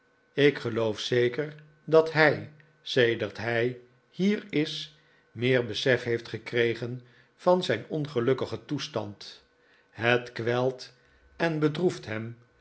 ik geloof zeker dat hij sedert hij hier is meer besef heeft gekregen van zijn ongelukkigen toestand het kwelt en bedroeft hem